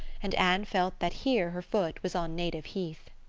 and anne felt that here her foot was on native heath.